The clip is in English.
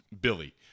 Billy